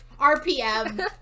RPM